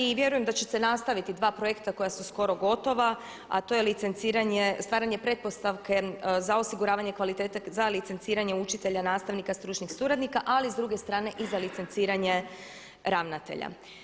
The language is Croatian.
I vjerujem da ćete nastaviti dva projekta koja su skoro gotova a to je licenciranje, stvaranje pretpostavke za osiguravanje kvalitete, za licenciranje učitelja, nastavnika, stručnih suradnika, ali s druge strane i za licenciranje ravnatelja.